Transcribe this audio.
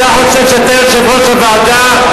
אתה חושב שאתה יושב-ראש הוועדה,